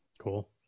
Cool